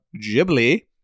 Ghibli